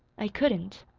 i couldn't.